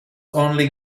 only